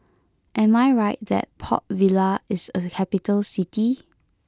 am I right that Port Vila is a capital city